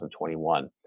2021